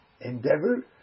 endeavor